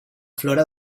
flora